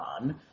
on